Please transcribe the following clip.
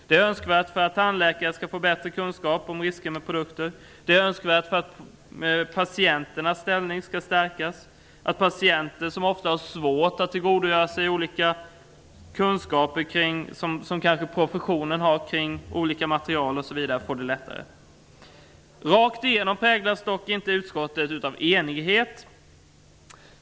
Det är önskvärt för att tandläkare skall få bättre kunskap om risker med produkter, och det är önskvärt för att patienternas ställning skall stärkas och för att underlätta för patienterna, som ofta har svårt att tillgodogöra sig de kunskaper som professionen har kring olika material. Rakt igenom präglas utskottet dock inte av enighet.